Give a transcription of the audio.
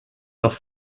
noch